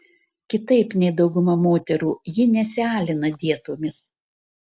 kitaip nei dauguma moterų ji nesialina dietomis